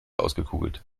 ausgekugelt